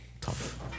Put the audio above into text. tough